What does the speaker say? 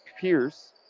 Pierce